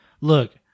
look